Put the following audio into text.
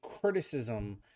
criticism